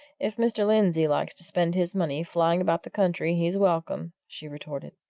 if mr. lindsey likes to spend his money flying about the country, he's welcome! she retorted.